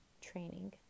training